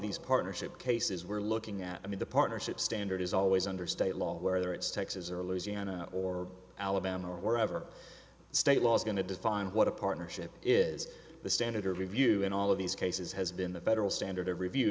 these partnership cases we're looking at i mean the partnerships standard is always under state law where it's texas or louisiana or alabama or wherever state law is going to define what a partnership is the standard of review in all of these cases has been the federal standard of review